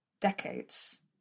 decades